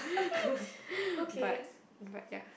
but but yeah